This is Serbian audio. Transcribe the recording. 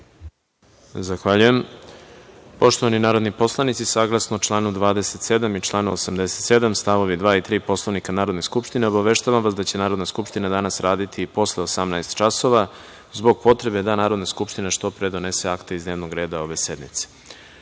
Zahvaljujem. Poštovani narodni poslanici, saglasno članu 27. i članu 87. st. 2. i 3. Poslovnika Narodne skupštine, obaveštavam vas da će Narodna skupština danas raditi i posle 18.00 časova, zbog potrebe da narodna skupština što pre donese akte iz dnevnog reda ove sednice. Reč